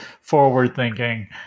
forward-thinking